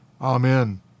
Amen